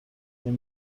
این